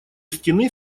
стены